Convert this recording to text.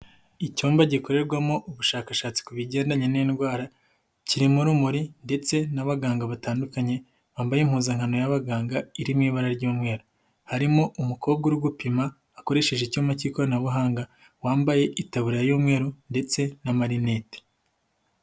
Icyumba gikorerwamo ubushakashatsi ku bigendanye n'indwara, kirimo urumuri ndetse n'abaganga batandukanye bambaye impuzankano y'abaganga iri mu ibara ry'umweru, harimo umukobwa uri gupima akoresheje icyuma k'ikoranabuhanga wambaye itaburiya y'umweru ndetse n'amarinete.